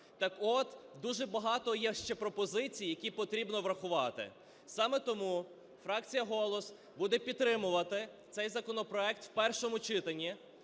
Так от дуже багато є ще пропозицій, які потрібно врахувати. Саме тому фракція "Голос" буде підтримувати цей законопроект у першому читанні.